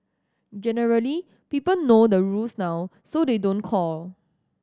generally people know the rules now so they don't call